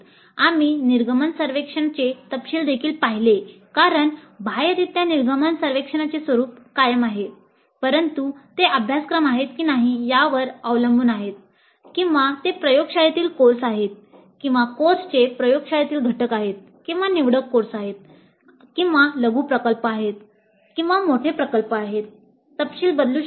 आम्ही निर्गमन सर्वेक्षणचे तपशीलदेखील पाहिले कारण बाह्यरित्या निर्गमन सर्वेक्षणचे स्वरूप कायम आहे परंतु ते अभ्यासक्रम आहेत की नाही यावर अवलंबून आहेत किंवा ते प्रयोगशाळेतील कोर्स आहेत किंवा कोर्सचे प्रयोगशाळेतील घटक आहेत किंवा निवडक कोर्स आहेत किंवा लघु प्रकल्प आहेत किंवा मोठे प्रकल्प आहेत तपशील बदलू शकतात